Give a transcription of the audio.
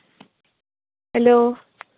hello